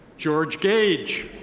george gage.